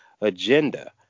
agenda